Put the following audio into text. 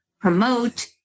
promote